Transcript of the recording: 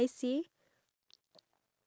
okay ya